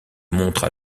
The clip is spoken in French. montre